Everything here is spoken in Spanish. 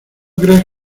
creas